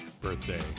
birthday